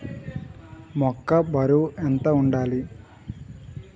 మొక్కొ బరువు ఎంత వుండాలి?